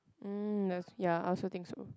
mm that's ya I also think so